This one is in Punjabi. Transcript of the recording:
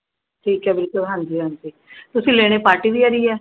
ਠੀਕ ਹੈ ਬਿਲਕੁਲ ਹਾਂਜੀ ਹਾਂਜੀ ਤੁਸੀਂ ਲੈਣੇ ਪਾਰਟੀਵੀਅਰ ਹੀ ਹੈ